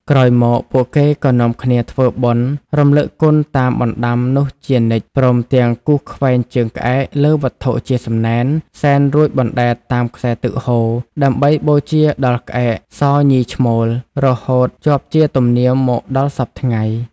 ក្រោយមក ពួកគេក៏នាំគ្នាធ្វើបុណ្យរំលឹកគុណតាមបណ្ដាំនោះជានិច្ច ព្រមទាំងគូសខ្វែងជើងក្អែកលើវត្ថុជាសំណែន សែនរួចបណ្ដែតតាមខ្សែទឹកហូរ ដើម្បីបូជាដល់ក្អែកសញីឈ្មោល រហូតជាប់ជាទំនៀមមកដល់សព្វថ្ងៃ។